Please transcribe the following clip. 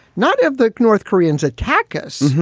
not have the north koreans attack us,